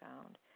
found